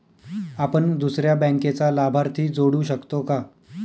आपण दुसऱ्या बँकेचा लाभार्थी जोडू शकतो का?